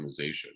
optimization